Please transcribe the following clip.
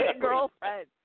girlfriend